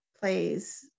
plays